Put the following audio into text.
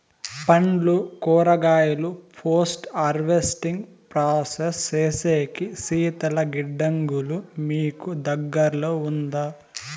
పండ్లు కూరగాయలు post harvesting process సేసేకి శీతల గిడ్డంగులు మీకు దగ్గర్లో ఉందా?